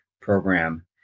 program